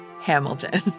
Hamilton